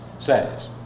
says